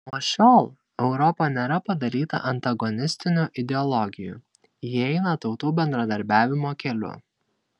nuo šiol europa nėra padalyta antagonistinių ideologijų ji eina tautų bendradarbiavimo keliu